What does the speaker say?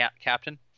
captain